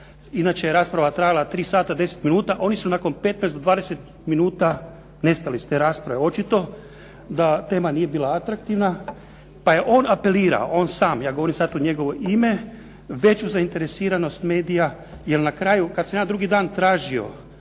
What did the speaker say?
inače je rasprava trajala 3 sata 10 minuta, oni su nakon 15 do 20 minuta nestali s te rasprave. Očito da tema nije bila atraktivna. Pa je on apelirao, on sam, ja govorim u njegovo ime, veću zainteresiranost medija, jer na kraju kada sam ja drugi dan tražio